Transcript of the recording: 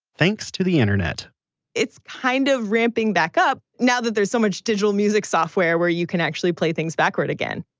thanks to the internet it's kind of ramping back up now that there's so much digital music software where you can actually play things backward again